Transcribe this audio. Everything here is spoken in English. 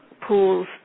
pools